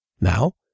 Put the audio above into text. Now